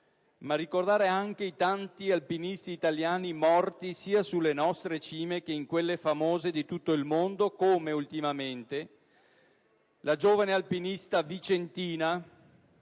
ma anche i tanti alpinisti italiani morti, sia sulle nostre cime che in quelle famose di tutto il mondo, come la giovane alpinista vicentina